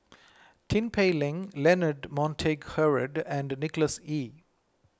Tin Pei Ling Leonard Montague Harrod and Nicholas Ee